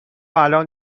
الان